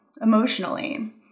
emotionally